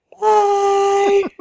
Bye